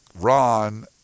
Ron